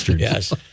yes